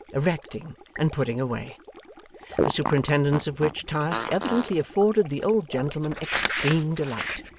erecting, and putting away the superintendence of which task evidently afforded the old gentleman extreme delight,